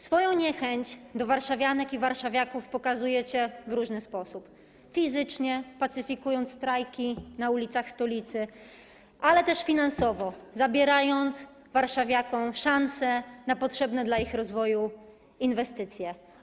Swoją niechęć do warszawianek i warszawiaków pokazujecie w różny sposób: fizycznie, pacyfikując strajki na ulicach stolicy, ale też finansowo, zabierając warszawiakom szansę na potrzebne dla ich rozwoju inwestycje.